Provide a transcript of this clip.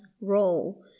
role